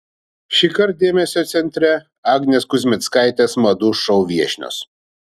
šįkart dėmesio centre agnės kuzmickaitės madų šou viešnios